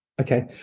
okay